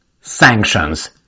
Sanctions